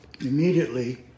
immediately